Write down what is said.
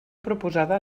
proposada